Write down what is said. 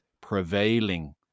prevailing